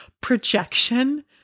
projection